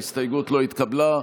ההסתייגות לא התקבלה.